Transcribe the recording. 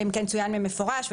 אלא אם כן צוין במפורש אחרת.